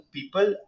People